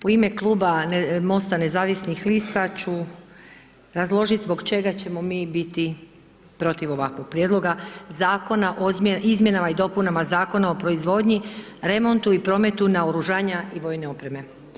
U ime Kluba MOST-a nezavisnih lista ću razložiti zbog čega ćemo mi biti protiv ovakvog Prijedloga zakona o izmjenama i dopunama Zakona o proizvodnji, remontu i prometu naoružanja i vojne opreme.